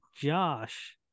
josh